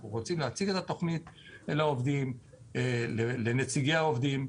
אנחנו רוצים להציג את התוכנית לנציגי העובדים,